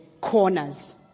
corners